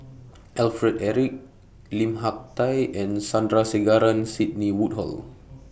Alfred Eric Lim Hak Tai and Sandrasegaran Sidney Woodhull